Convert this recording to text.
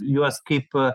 juos kaip